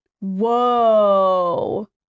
Whoa